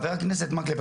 חבר הכנסת מקלב,